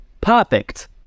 Perfect